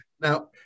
Now